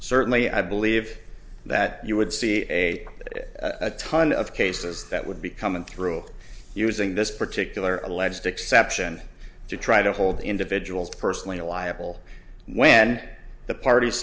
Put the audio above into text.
certainly i believe that you would see a ton of cases that would be coming through using this particular alleged exception to try to hold individuals personally liable when the parties